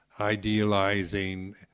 idealizing